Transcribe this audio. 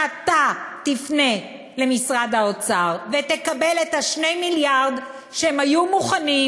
שאתה תפנה למשרד האוצר ותקבל את 2 המיליארדים שהיו מוכנים,